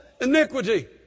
iniquity